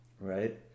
Right